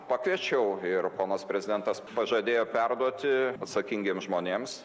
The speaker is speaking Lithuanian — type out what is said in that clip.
pakviečiau ir ponas prezidentas pažadėjo perduoti atsakingiems žmonėms